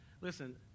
Listen